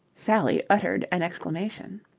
sally uttered an exclamation.